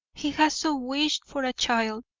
he has so wished for a child,